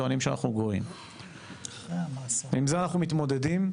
כי טוענים שאנחנו גויים - עם זה אנחנו מתמודדים.